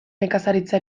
nekazaritza